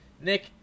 Nick